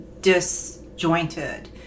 disjointed